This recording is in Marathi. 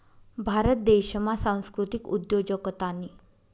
भारत देशमा सांस्कृतिक उद्योजकतानी